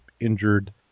injured